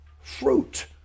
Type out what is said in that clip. fruit